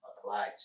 applied